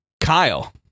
Kyle